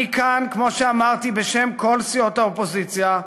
אני כאן, כמו שאמרתי, בשם כל סיעות האופוזיציה,